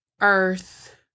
Earth